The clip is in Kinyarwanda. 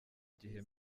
gihe